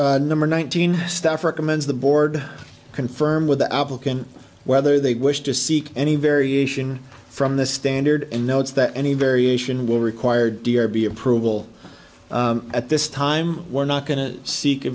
things number nineteen staff recommends the board confirm with the applicant whether they wish to seek any variation from the standard and notes that any variation will require dear b approval at this time we're not going to seek a